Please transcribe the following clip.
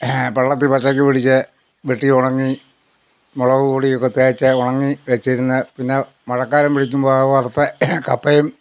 പള്ളത്തി പച്ചയ്ക്ക് പിടിച്ച് വെട്ടി ഉണങ്ങി മുളക് പൊടിയൊക്കെ തേച്ച് ഉണങ്ങി വെച്ചിരുന്ന പിന്നെ മഴക്കാലം പിടിക്കുമ്പോൾ അത് വറുത്ത് കപ്പയും